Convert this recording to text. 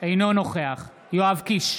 אינו נוכח יואב קיש,